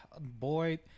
boy